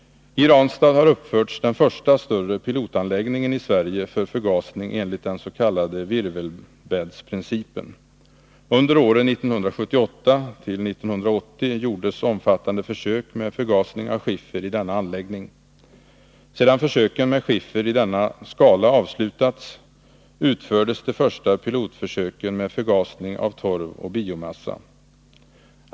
I Ranstad har uppförts den första större pilotanläggningen i Sverige för förgasning enligt den s.k. virvelbäddsprincipen. Under åren 1978-1980 gjordes omfattande försök med förgasning av skiffer i denna anläggning. Sedan försöken med skiffer i denna skala avslutats utfördes de första pilotförsöken med förgasning av torv och biomassa.